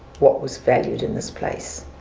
what was valued in this place.